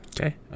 Okay